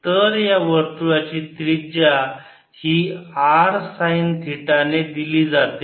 तर या वर्तुळाची त्रिज्या ही r साईन थिटा ने दिली जाते